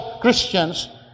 Christians